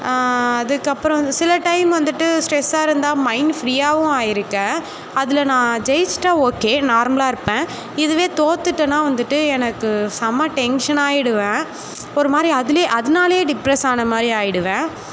அதுக்கப்புறம் வந்து சில டைம் வந்துட்டு ஸ்ட்ரெஸ்ஸாக இருந்தால் மைண்ட் ஃப்ரீயாகவும் ஆயிருக்கேன் அதில் நான் ஜெயிச்சிட்டால் ஒகே நார்மலாக இருப்பேன் இதுவே தோத்துட்டேன்னா வந்துட்டு எனக்கு செமை டென்ஷனாகிடுவேன் ஒரு மாதிரி அதில் அதனாலே டிப்ரெஸ் ஆன மாதிரி ஆகிடுவேன்